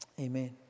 Amen